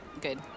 good